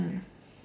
mm